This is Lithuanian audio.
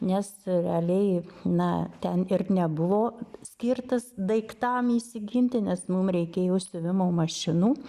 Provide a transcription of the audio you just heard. nes realiai na ten ir nebuvo skirtas daiktam įsiginti nes mums reikėjo siuvimo mašinų